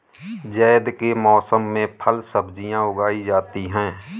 ज़ैद के मौसम में फल सब्ज़ियाँ उगाई जाती हैं